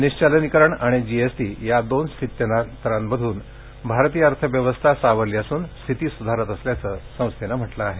निश्चलनीकरण आणि जीएसटी या दोन स्थित्यंतरामध्रन भारतीय अर्थव्यवस्था सावरली असून स्थिती सुधारत असल्याचं संस्थेनं म्हटलं आहे